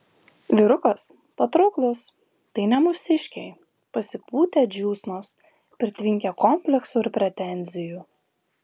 vyrukas patrauklus tai ne mūsiškiai pasipūtę džiūsnos pritvinkę kompleksų ir pretenzijų